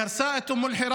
היא הרסה את אום אלחיראן,